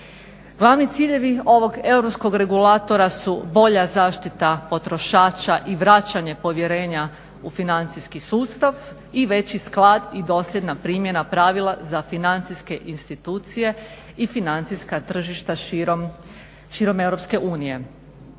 Glavni ciljevi ovog europskog regulatora su bolja zaštita potrošača i vraćanje povjerenja u financijski sustav i veći sklad i dosljedna primjena pravila za financijske institucije i financijska tržišta širom EU. EIOPA je